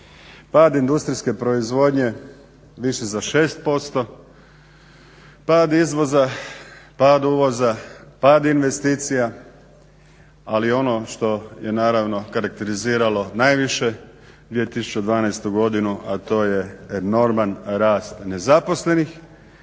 Pad industrijske proizvodnje visi za 6%, pad izvoza, pad uvoza, pad investicija, ali ono što je naravno karakteriziralo najviše 2012. godinu a to je enorman rast nezaposlenih